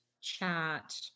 chat